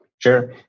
Sure